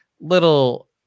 little